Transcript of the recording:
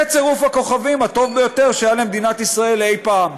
זה צירוף הכוכבים הטוב ביותר שהיה למדינת ישראל אי-פעם".